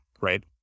Right